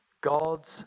God's